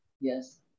yes